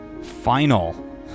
final